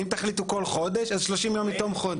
אם תחליטו כל חודש, אז 30 יום מתום חודש.